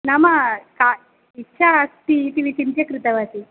नाम का इच्छा अस्ति इति विचिन्त्य कृतवती